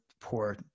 poor